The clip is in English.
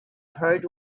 heart